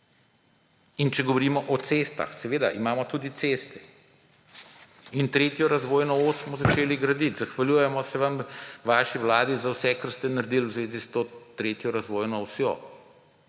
Če govorimo o cestah. Seveda imamo tudi ceste in tretjo razvojno os smo začeli graditi. Zahvaljujemo se vaši vladi za vse, kar ste naredili v zvezi s to tretjo razvojno osjo,